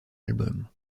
album